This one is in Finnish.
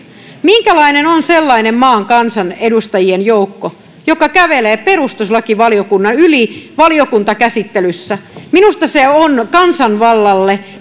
minkälainen on sellainen maan kansanedustajien joukko joka kävelee perustuslakivaliokunnan yli valiokuntakäsittelyssä minusta se on kansanvallalle